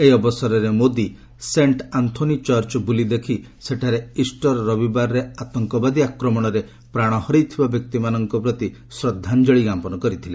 ଏହି ଅବସରରେ Modi Saint Anthony church ବୁଲି ଦେଖି ସେଠାରେ ଇଷ୍ଟର ରବିବାରେ ଆତଙ୍କବାଦୀ ଆକ୍ରମଣରେ ପ୍ରାଣ ହରାଇଥିବା ବ୍ୟକ୍ତିମାନଙ୍କ ପ୍ରତି ଶ୍ରଦ୍ଧାଞ୍ଜଳୀ ଜ୍ଞାପନ କରିଥିଲେ